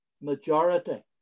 Majority